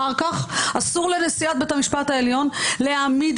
אחר כך אסור לנשיאת בית המשפט העליון להעמיד